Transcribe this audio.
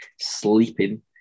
sleeping